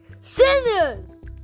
Sinners